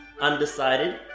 Undecided